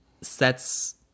sets